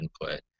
input